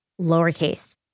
lowercase